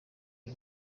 iri